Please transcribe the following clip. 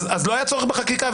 לא היה צורך בחקיקה,